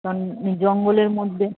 কারণ জঙ্গলের মধ্যে